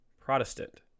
Protestant